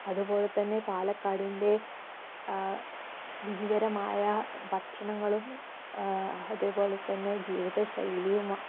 അതുപോലെ തന്നെ പാലക്കാടിന്റെ രുചികരമായ ഭക്ഷണങ്ങളും അതേപോലെ തന്നെ ജീവിത ശൈലിയുമ